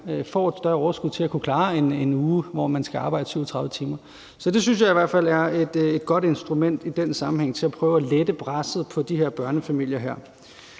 får et større overskud til at kunne klare en uge, hvor man skal arbejde 37 timer. Så jeg synes i hvert fald, at det i den sammenhæng er et godt instrument til at prøve at lette presset på de her børnefamilier.